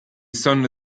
sonno